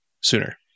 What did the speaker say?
sooner